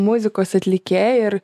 muzikos atlikėjai ir